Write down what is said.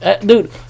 Dude